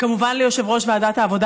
וכמובן ליו"ר ועדת העבודה,